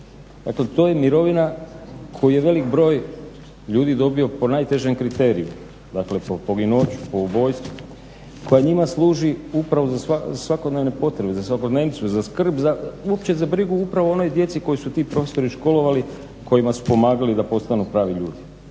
Dakle, to je mirovina koju je velik broj ljudi dobio po najtežem kriteriju, dakle po poginuću, po ubojstvu koja njima služi upravo za svakodnevne potrebe, za svakodnevnicu, za skrb, uopće za brigu upravo o onoj djeci koju su ti profesori školovali, kojima su pomagali da postanu pravi ljudi.